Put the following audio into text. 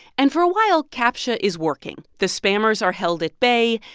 and for a while, captcha is working. the spammers are held at bay.